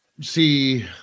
see